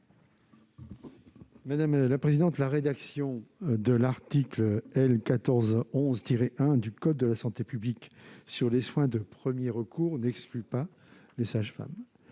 de la commission ? La rédaction de l'article L. 1411-1 du code de la santé publique sur les soins de premiers recours n'exclut pas les sages-femmes.